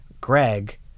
Greg